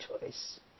choice